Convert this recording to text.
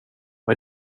vad